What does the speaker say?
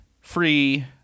free